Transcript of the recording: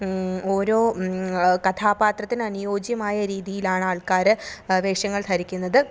ഓരോ കഥാപാത്രത്തിന് അനുയോജ്യമായ രീതിയിലാണ് ആൾക്കാര് വേഷങ്ങൾ ധരിക്കുന്നത്